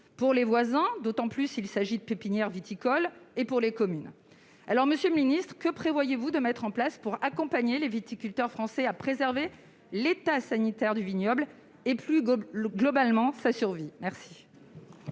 pour les voisins, d'autant plus s'il s'agit de pépinières viticoles, comme pour les communes. Monsieur le ministre, que prévoyez-vous de mettre en place pour accompagner les viticulteurs français, préserver l'état sanitaire du vignoble et, plus globalement, assurer la survie